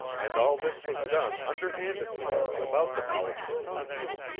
and all this was done underhandedly, without the knowledge of congress.